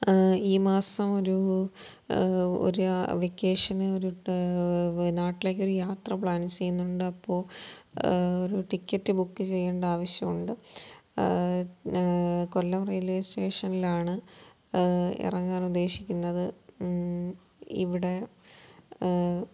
ഈ മാസം ഒരൂ ഒരു വെക്കേഷന് ഒരു നാട്ടിലേക്കൊരു യാത്ര പ്ലാൻ ചെയ്യുന്നുണ്ട് അപ്പോള് ഒരു ടിക്കറ്റ് ബുക്ക് ചെയ്യേണ്ട ആവശ്യമുണ്ട് കൊല്ലം റെയിൽവേ സ്റ്റേഷനിലാണ് ഇറങ്ങാൻ ഉദ്ദേശിക്കുന്നത് ഇവിടെ